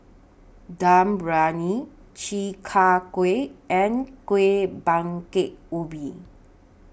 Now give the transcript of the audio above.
Dum Briyani Chi Kak Kuih and Kuih Bingka Ubi